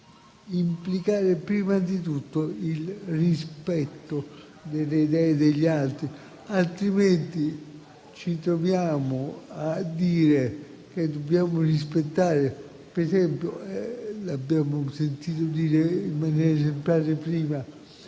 implicare prima di tutto il rispetto delle idee degli altri; altrimenti ci troviamo a dire che dobbiamo rispettare (come per esempio abbiamo sentito dire prima in maniera esemplare)